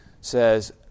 says